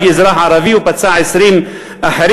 רימון יד שהרג אזרח ערבי ופצע 20 אחרים,